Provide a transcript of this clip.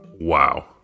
Wow